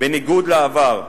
בניגוד לעבר,